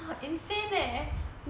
insane eh